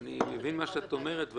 --- אני מבין מה שאת אומרת,